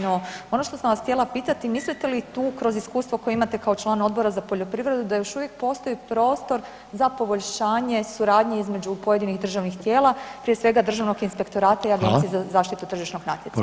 No ono što sam vas htjela pitati, mislite li tu kroz iskustvo koje imate kao član Odbora za poljoprivredu da još uvijek postoji prostor za poboljšanje suradnje između pojedinih državnih tijela prije svega Državnog inspektorata i Agencije za zaštitu tržišnog natjecanja?